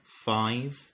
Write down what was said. five